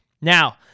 Now